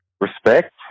Respect